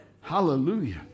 Hallelujah